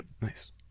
Nice